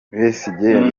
besigye